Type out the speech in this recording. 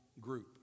group